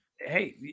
hey